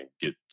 get